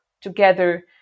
together